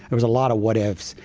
it was a lot of what ifs,